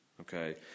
Okay